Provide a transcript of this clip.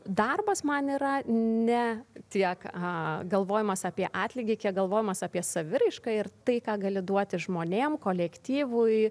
darbas man yra ne tiek galvojimas apie atlygį kiek galvojimas apie saviraišką ir tai ką gali duoti žmonėm kolektyvui